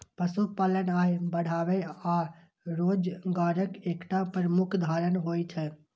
पशुपालन आय बढ़ाबै आ रोजगारक एकटा प्रमुख साधन होइ छै